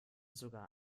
sogar